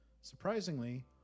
Surprisingly